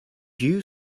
you